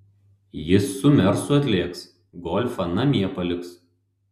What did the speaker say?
jis su mersu atlėks golfą namie paliks